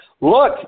Look